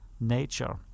nature